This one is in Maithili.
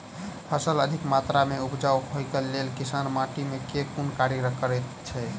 फसल अधिक मात्रा मे उपजाउ होइक लेल किसान माटि मे केँ कुन कार्य करैत छैथ?